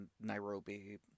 Nairobi